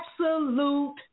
absolute